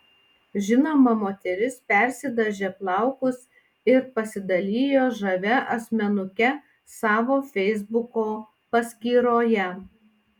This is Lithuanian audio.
žinoma moteris persidažė plaukus ir pasidalijo žavia asmenuke savo feisbuko paskyroje